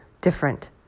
different